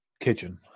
kitchen